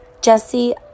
Jesse